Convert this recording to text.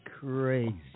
crazy